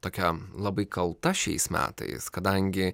tokia labai kalta šiais metais kadangi